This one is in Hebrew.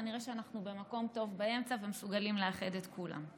כנראה שאנחנו במקום טוב באמצע ומסוגלים לאחד את כולם.